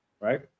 right